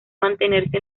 mantenerse